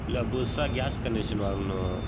இல்லை புதுசாக gas connection வாங்கணும்